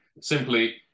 simply